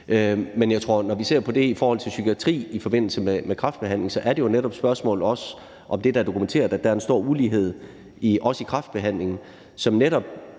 Men jeg tror, at når vi ser på psykiatri i forbindelse med kræftbehandling, så er det jo netop også et spørgsmål om det, der er dokumenteret, nemlig at der også er en stor ulighed i forbindelse med kræftbehandlingen. Det